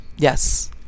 yes